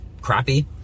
crappy